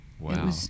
Wow